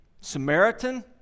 Samaritan